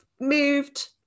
moved